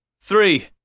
Three